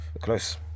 close